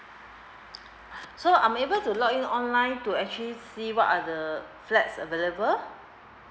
so I'm able to log in online to actually see what are the flats available